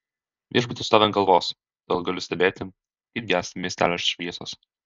viešbutis stovi ant kalvos todėl galiu stebėti kaip gęsta miestelio šviesos